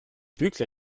bügle